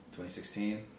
2016